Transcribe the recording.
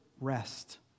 rest